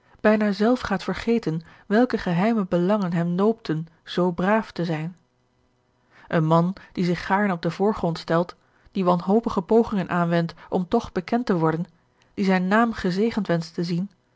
bijna zelf gaat veigeten welke geheime belangen hem noopten zoo braaf te zijn een man die zich gaarne op den voorgrond stelt die wanhopige pogingen aanwendt om toch bekend te worden die zijn naam gezegend wenscht te zien